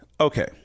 Okay